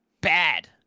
bad